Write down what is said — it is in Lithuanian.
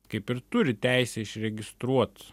kaip ir turi teisę išregistruot